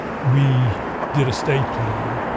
we did estate planning.